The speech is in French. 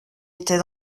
était